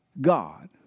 God